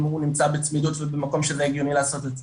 אם הוא נמצא בצמידות ובמקום שזה הגיוני לעשות את זה.